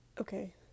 Okay